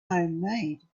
homemade